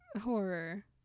Horror